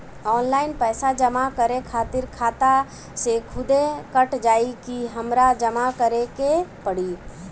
Online पैसा जमा करे खातिर खाता से खुदे कट जाई कि हमरा जमा करें के पड़ी?